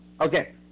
okay